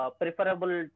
preferable